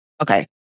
Okay